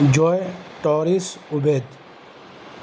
joy Torres Ubaid